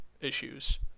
issues